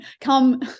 come